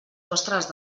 vostres